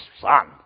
son